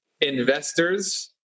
Investors